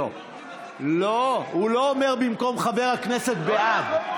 לא, הוא לא אומר במקום חבר הכנסת "בעד".